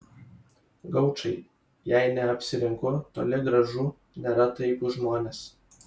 gaučai jei neapsirinku toli gražu nėra taikūs žmonės